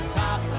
top